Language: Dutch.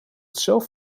zelf